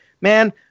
man